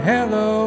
Hello